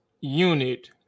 unit